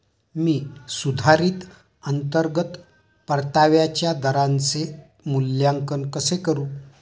मी सुधारित अंतर्गत परताव्याच्या दराचे मूल्यांकन कसे करू?